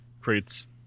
creates